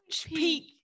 peak